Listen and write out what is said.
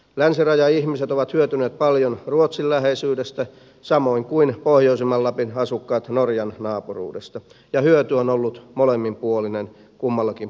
länsirajan ihmiset ovat hyötyneet paljon ruotsin läheisyydestä samoin kuin pohjoisimman lapin asukkaat norjan naapuruudesta ja hyöty on ollut molemminpuolinen kummallakin puolen rajaa